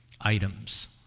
items